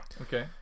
Okay